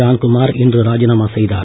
ஜான்குமார் இன்று ராஜினாமா செய்தார்